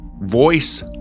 Voice